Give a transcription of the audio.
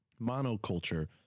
monoculture